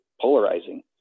polarizing